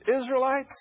Israelites